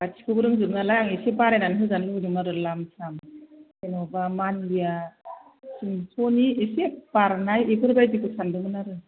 गासिखौबो रोंजोबो नालाय आं एसे बारायनानै होजानो लुबैदोंमोन आरो लाम साम जेन'बा मान्थलिआ थिनस'नि एसे बारनाय बेफोरबायदिखौ सान्दोंमोन आरो